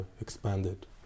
expanded